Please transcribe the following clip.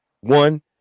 one